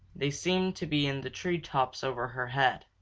they seemed to be in the treetops over her head.